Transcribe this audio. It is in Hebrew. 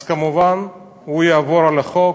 אז כמובן הוא יעבור על החוק,